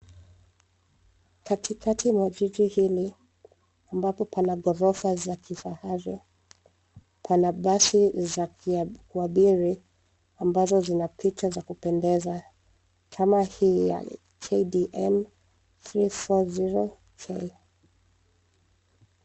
Katikati mwa jiji hili ambapo pana ghorofa za kifahari pana basi za kuabiri ambazo zina picha za kupendeza kama hii KDM 340K